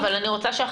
אני רוצה פה